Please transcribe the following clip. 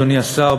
אדוני השר,